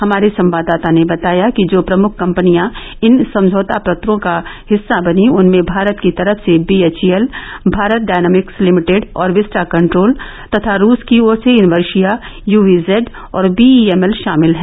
हमारे संवाददाता ने बताया कि जो प्रमुख कंपनियां इन समझौता पत्रों का हिस्सा बनीं उनमें भारत की तरफ से बीएचईएल भारत डायनामिक्स लिमिटेड और विस्टा कंट्रोल तथा रूस की ओर से इनवर्शिया यूवी जेड और बीइएमएल शामिल हैं